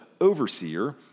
overseer